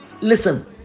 listen